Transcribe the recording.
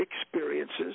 experiences